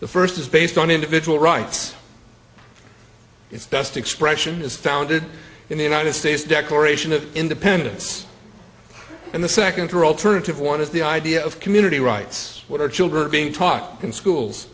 the first is based on individual rights it's just expression is founded in the united states declaration of independence and the second through alternative one is the idea of community rights what are children being talked in schools